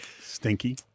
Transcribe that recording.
Stinky